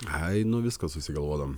ai nu visko susigalvodavom